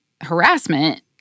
harassment